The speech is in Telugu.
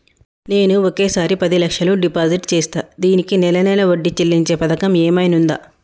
నేను ఒకేసారి పది లక్షలు డిపాజిట్ చేస్తా దీనికి నెల నెల వడ్డీ చెల్లించే పథకం ఏమైనుందా?